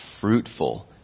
fruitful